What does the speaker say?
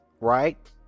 Right